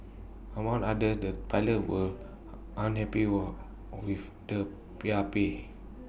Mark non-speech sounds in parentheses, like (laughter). among other the pilots were unhappy were with the (unintelligible) pay